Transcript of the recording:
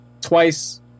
twice